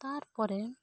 ᱛᱟᱨᱯᱚᱨᱮ